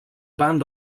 band